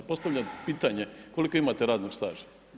Postavljam pitanje, koliko imate radnog staža?